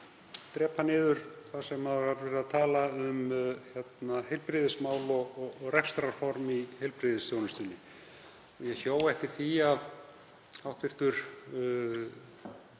drepa niður þar sem verið var að tala um heilbrigðismál og rekstrarform í heilbrigðisþjónustu. Ég hjó eftir því að hv.